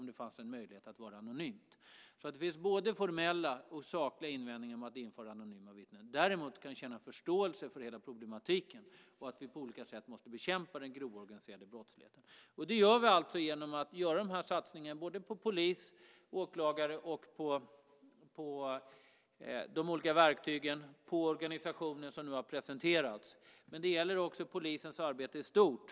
Det finns alltså både formella och sakliga invändningar mot att införa anonyma vittnen. Däremot kan jag känna förståelse för hela problematiken och tycka att vi på olika sätt måste bekämpa den grova organiserade brottsligheten. Det gör vi också genom att göra den satsning på polis, på åklagare, på olika verktyg och på organisationen som nu har presenterats. Men det gäller också polisens arbete i stort.